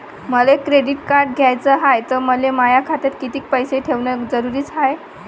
मले credit card घ्याचं हाय, त मले माया खात्यात कितीक पैसे ठेवणं जरुरीच हाय?